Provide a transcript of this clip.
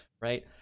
right